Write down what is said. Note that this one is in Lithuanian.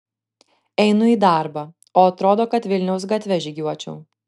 einu į darbą o atrodo kad vilniaus gatve žygiuočiau